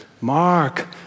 Mark